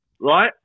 Right